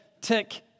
tick